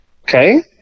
Okay